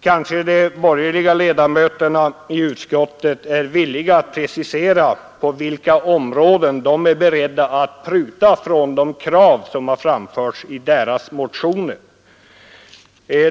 Kanske de borgerliga ledamöterna i utskottet är villiga att presentera förslag på vilka områden de är beredda att pruta av på de krav som har framförts i deras motioner?